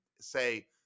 say